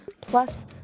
plus